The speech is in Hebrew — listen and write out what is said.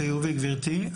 חיובי גבירתי.